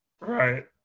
Right